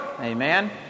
Amen